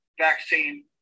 vaccine